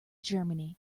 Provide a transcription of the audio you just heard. germany